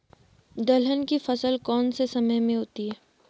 दलहन की फसल कौन से समय में होती है?